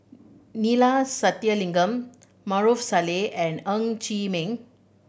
Neila Sathyalingam Maarof Salleh and Ng Chee Meng